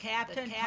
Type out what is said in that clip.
Captain